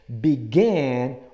began